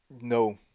no